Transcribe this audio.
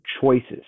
choices